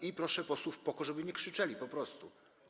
I proszę posłów PO-KO, żeby nie krzyczeli, po prostu.